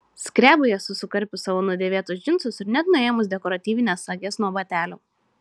skrebui esu sukarpius savo nudėvėtus džinsus ir net nuėmus dekoratyvines sages nuo batelių